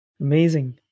Amazing